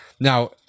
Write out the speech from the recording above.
Now